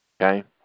okay